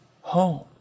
home